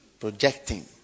projecting